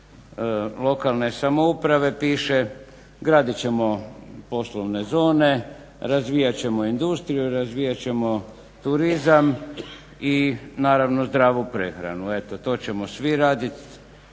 lokalne samouprave piše gradit ćemo poslovne zone, razvijat ćemo industriju i razvijat ćemo turizam i naravno zdravu prehranu. Eto to ćemo svi raditi.